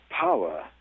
power